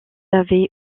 avait